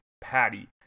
patty